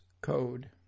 code